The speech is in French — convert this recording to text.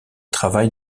travaille